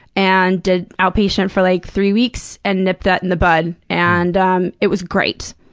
and did outpatient for, like, three weeks and nipped that in the bud. and um it was great.